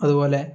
അതുപോലെ